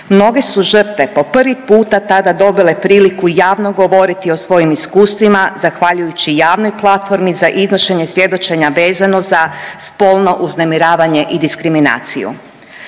Mnoge su žrtve po prvi puta tada dobile priliku javno govoriti o svojim iskustvima zahvaljujući javnoj platformi za iznošenje svjedočenja vezano za spolno uznemiravanje i diskriminaciju.